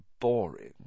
boring